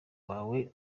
wawe